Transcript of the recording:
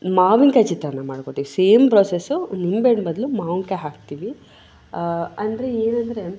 ಮಾವಿನ್ಕಾಯಿ ಚಿತ್ರಾನ್ನ ಮಾಡ್ಕೋತೀವಿ ಸೇಮ್ ಪ್ರೊಸೆಸ್ಸು ನಿಂಬೆಹಣ್ಣು ಬದಲು ಮಾವಿನ್ಕಾಯಿ ಹಾಕ್ತೀವಿ ಅಂದರೆ ಏನಂದರೆ